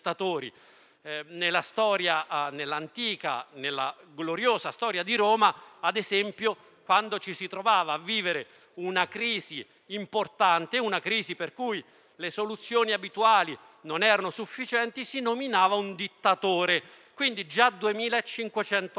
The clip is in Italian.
dittatori. Nell'antica e gloriosa storia di Roma, ad esempio, quando ci si trovava a vivere una crisi importante, per cui le soluzioni abituali non erano sufficienti, si nominava un dittatore. Quindi già 2.500 anni fa